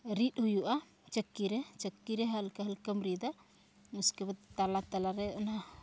ᱨᱤᱫ ᱦᱩᱭᱩᱜᱼᱟ ᱪᱟᱹᱠᱤᱨᱮ ᱪᱟᱹᱠᱤᱨᱮ ᱦᱟᱞᱠᱟ ᱦᱟᱞᱠᱟᱢ ᱨᱤᱫᱟ ᱩᱥᱠᱮ ᱵᱟᱫ ᱛᱟᱞᱟ ᱛᱟᱞᱟᱨᱮ ᱚᱱᱟ